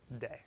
day